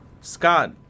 Scott